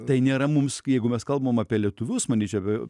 tai nėra mums jeigu mes kalbame apie lietuvius manyčiau be